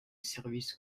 service